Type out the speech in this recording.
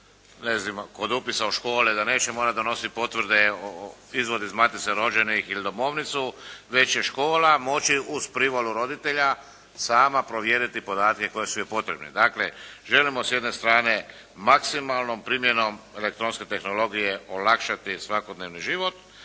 ne znam kod upisa u škole, da neće morati donositi potvrde, izvod iz matice rođenih ili domovnicu, već će škola moći uz privolu roditelja sama provjeriti podatke koji su joj potrebni. Dakle, želimo s jedne strane maksimalnom primjenom elektronske tehnologije olakšati svakodnevni život,